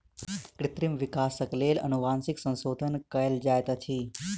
कृत्रिम विकासक लेल अनुवांशिक संशोधन कयल जाइत अछि